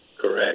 Correct